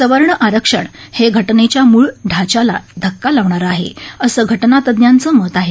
सवर्ण आरक्षण हे घटनेच्या मूळ ढाच्याला धक्का लावणार आहे अस बिटनातज्ञाध्यमेत आहे